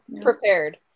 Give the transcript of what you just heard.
prepared